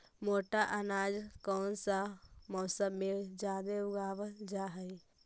मोटा अनाज कौन मौसम में जादे उगावल जा हई?